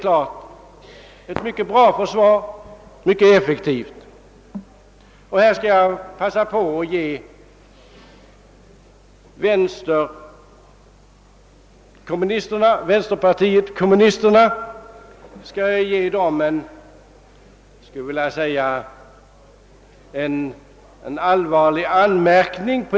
Jag vill passa på tillfället att ge vänsterpartiet kommunisterna en allvarlig anmärkning.